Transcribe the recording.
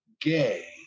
gay